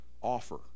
offer